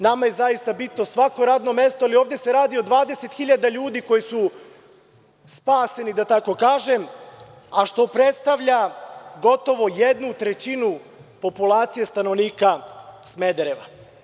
Nama je zaista bitno svako radno mesto, ali ovde se radi o 20.000 ljudi koji su spaseni da tako kažem, a što predstavlja gotovo 1/3 populacije stanovnika Smedereva.